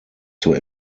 zur